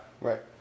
right